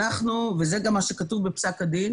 וזה גם מה שכתוב בפסק הדין